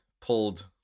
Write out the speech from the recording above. pulled